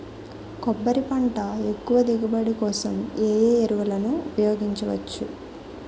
కొబ్బరి పంట ఎక్కువ దిగుబడి కోసం ఏ ఏ ఎరువులను ఉపయోగించచ్చు?